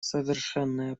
совершенная